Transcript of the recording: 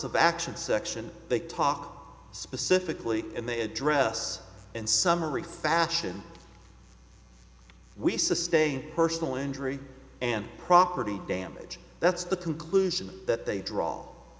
of action section they talk specifically and they address in summary fashion we sustain personal injury and property damage that's the conclusion that they draw